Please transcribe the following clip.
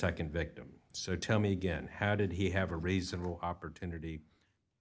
the nd victim so tell me again how did he have a reasonable opportunity